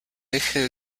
eje